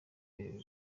ibiva